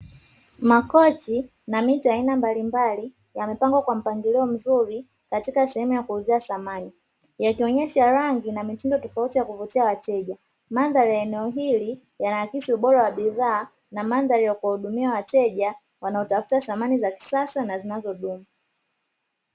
Makochi na mito ya aina mbalimbali yamepangwa kwa mpangilio mzuri katika sehemu ya kuuzia samani, yakionyesha rangi na mitindo tofauti ya kuvutia wateja. Mandhari ya eneo hili linaakisi ubora wa bidhaa na mandhari ya kuwa hudumia wateja wanao tafuta samani za kisasa na zinazodumu.